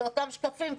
זה אותם שקפים.